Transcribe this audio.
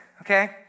okay